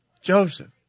Joseph